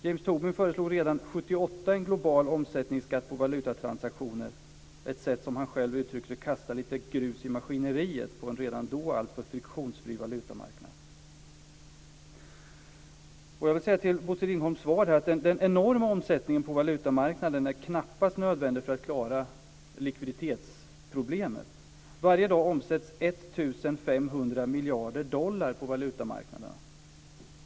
James Tobin föreslog redan 1978 en global omsättningsskatt på valutatransaktioner, ett sätt som han själv uttrycker som att kasta lite grus i maskineriet på en redan då alltför friktionsfri valutamarknad. Beträffande Bosse Ringholms svar vill jag säga att den enorma omsättningen på valutamarknaden knappast är nödvändig för att klara likviditetsproblemet. Varje dag omsätts 1 500 miljarder dollar på valutamarknaderna.